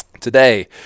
Today